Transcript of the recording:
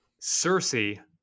Cersei